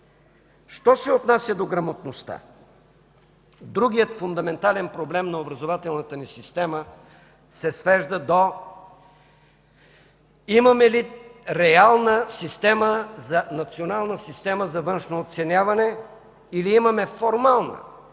Що се отнася до грамотността – другият фундаментален проблем на образователната ни система се свежда до имаме ли реална система за национална система за външно оценяване, или имаме формално,